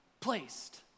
placed